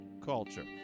culture